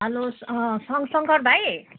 hello Shankar भाइ